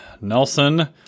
Nelson